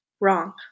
Wrong